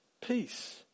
peace